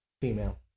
female